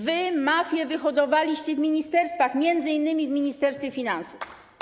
Wy mafie wyhodowaliście w ministerstwach, m.in. w Ministerstwie Finansów.